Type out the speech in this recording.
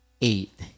eight